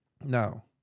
Now